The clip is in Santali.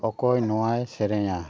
ᱚᱠᱚᱭ ᱱᱚᱶᱟᱭ ᱥᱮᱨᱮᱧᱟ